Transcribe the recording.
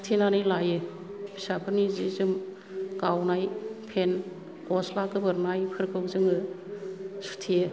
सुथेनानै लायो फिसाफोरनि जि जोम गावनाय फेन गस्ला गोबोरनायफोखौ जोङो सुथेयो